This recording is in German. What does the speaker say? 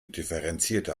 differenzierter